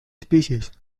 species